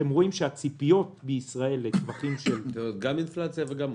אתם רואים שהציפיות בישראל -- גם אינפלציה וגם מוטציה.